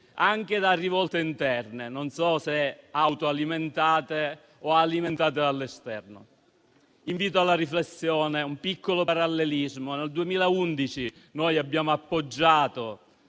anche da rivolte interne, non so se autoalimentate o alimentate dall'esterno. Invito alla riflessione, facendo un piccolo parallelismo. Nel 2011, noi abbiamo appoggiato